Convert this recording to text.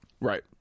Right